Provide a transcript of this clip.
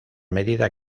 medida